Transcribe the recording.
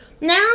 now